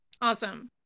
Awesome